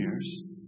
years